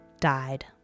died